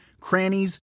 crannies